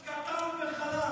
אתה פחדן, קטן וחלש.